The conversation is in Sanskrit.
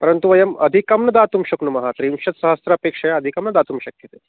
परन्तु वयम् अधिकं न दातुं शक्नुमः त्रिंशत् सहस्रस्य अपेक्षया अधिकं न दातुं शक्यते